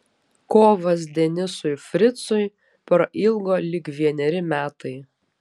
kovas denisui fricui prailgo lyg vieneri metai